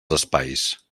espais